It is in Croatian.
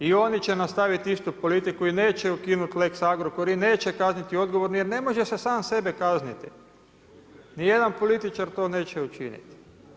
I oni će nastaviti istu politiku i neće ukinuti lex Agrokor i neće kazniti odgovorne jer ne može se sam sebe kazniti, nijedan političar to neće učiniti.